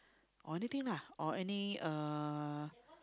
or anything lah or any uh